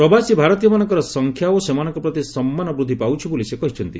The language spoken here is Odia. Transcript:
ପ୍ରବାସୀ ଭାରତୀୟମାନଙ୍କର ସଂଖ୍ୟା ଓ ସେମାନଙ୍କ ପ୍ରତି ସମ୍ମାନ ବୃଦ୍ଧି ପାଉଛି ବୋଲି ସେ କହିଛନ୍ତି